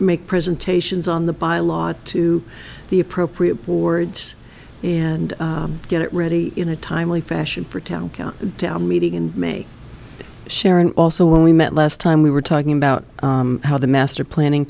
make presentations on the bylaws to the appropriate boards and get it ready in a timely fashion for town count town meeting and make share and also when we met last time we were talking about how the master planning